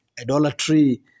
idolatry